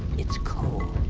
it's coal.